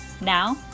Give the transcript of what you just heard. Now